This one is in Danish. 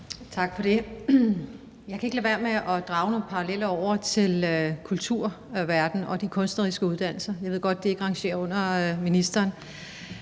Tak for det. Jeg kan ikke lade være med at drage nogle paralleller over til kulturverdenen og de kunstneriske uddannelser, og jeg ved godt, de ikke rangerer under ministeren,